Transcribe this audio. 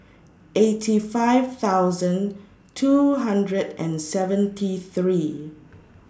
eighty five thousand two hundred and seventy three